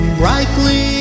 brightly